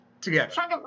Together